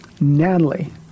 Natalie